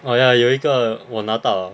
oh ya 有一个我拿到了